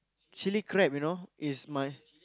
chilli crab you know is my